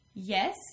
Yes